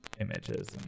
images